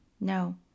no